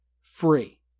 free